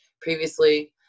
previously